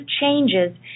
changes